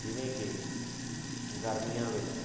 ਜਿਵੇਂ ਕਿ ਗਰਮੀਆਂ ਵਿੱਚ